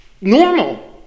normal